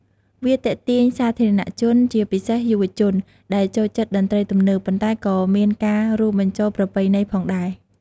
វាទាក់ទាញសាធារណជនជា ពិសេសយុវជន ដែលចូលចិត្តតន្ត្រីទំនើប ប៉ុន្តែក៏មានការរួមបញ្ជូលប្រពៃណីផងដែរ។